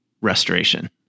restoration